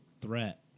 threat